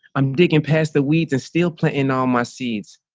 i'm digging past the weeds and still planting all my seeds.